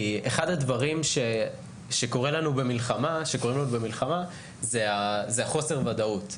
כי אחד הדברים שקורים לנו במלחמה זה חוסר הוודאות,